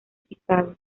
chicago